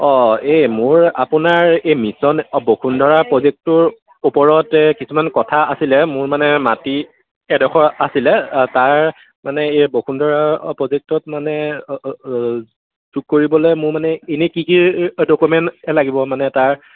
অঁ এই মোৰ আপোনাৰ এই মিছন বসুন্ধৰা প্ৰজেক্টটোৰ ওপৰত এই কিছুমান কথা আছিলে মোৰ মানে মাটি এডোখৰ আছিলে তাৰ মানে এই বসুন্ধৰা প্ৰজেক্টত মানে যোগ কৰিবলৈ মোৰ মানে এনেই কি কি ডকুমেণ্ট লাগিব মানে তাৰ